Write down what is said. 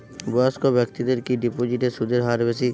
বয়স্ক ব্যেক্তিদের কি ডিপোজিটে সুদের হার বেশি?